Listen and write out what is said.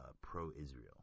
pro-Israel